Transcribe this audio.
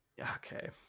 okay